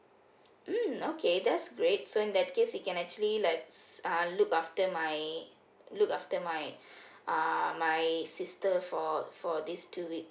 mm okay that's great so in that case he can actually like s~ uh look after my look after my uh my sister for for this two weeks